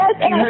Yes